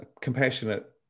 compassionate